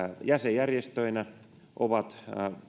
jäsenjärjestöinä ovat